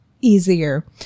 easier